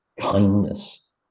kindness